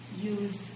use